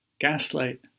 Gaslight